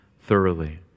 thoroughly